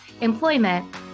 employment